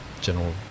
general